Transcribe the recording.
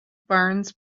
barnes